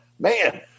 Man